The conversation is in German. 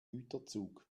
güterzug